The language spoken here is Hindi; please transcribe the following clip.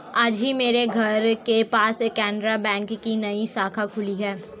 आज ही मेरे घर के पास केनरा बैंक की नई शाखा खुली है